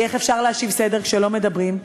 כי איך אפשר להשיב סדר כשלא מדברים?